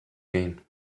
gain